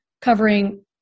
covering